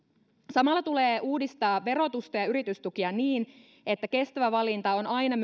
samalla on syytä uudistaa verotusta ja yritystukia niin että kestävä valinta on aina